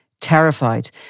terrified